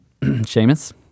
Seamus